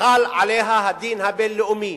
וחל עלייה הדין הבין-לאומי.